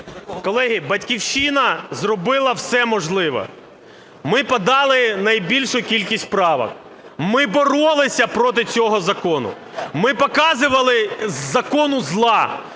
Колеги, "Батьківщина" зробила все можливе. Ми подали найбільшу кількість правок. Ми боролися проти цього закону. Ми показували в законі зло.